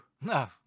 No